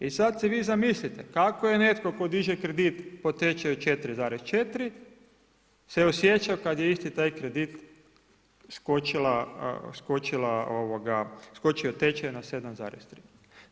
I sad si vi zamislite kako je netko tko diže kredit po tečaju 4,4, se osjećao kad je isti taj kredit skočio tečaj na 7,3.